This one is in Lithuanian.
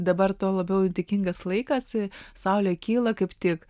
dabar tuo labiau dėkingas laikas saulė kyla kaip tik